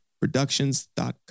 Productions.com